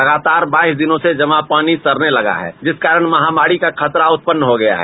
लगातार बाईस दिनों से जमा पानी सड़ने लगा है जिस कारण महामारी का खतरा उत्पन्न हो गया है